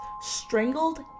strangled